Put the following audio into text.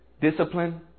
Discipline